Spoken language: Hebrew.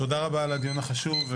תודה רבה על הדיון החשוב.